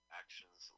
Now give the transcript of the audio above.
actions